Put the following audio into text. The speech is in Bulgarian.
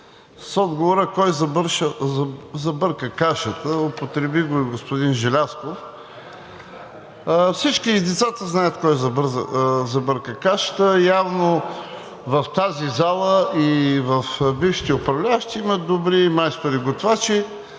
с отговора кой забърка кашата, употреби го и господин Желязков. Всички – и децата, знаят кой забърка кашата. Явно в тази зала, и в бившите управляващи има добри майстори готвачи,